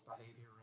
behavior